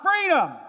freedom